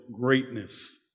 greatness